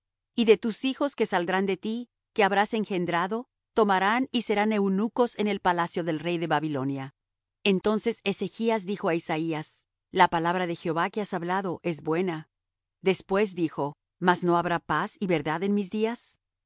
y de tus hijos que saldrán de ti que habrás engendrado tomarán y serán eunucos en el palacio del rey de babilonia entonces ezechas dijo á isaías la palabra de jehová que has hablado es buena después dijo mas no habrá paz y verdad en mis días lo